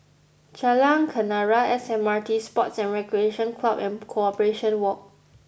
Jalan Kenarah S M R T Sports and Recreation Club and Corporation Walk